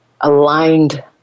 aligned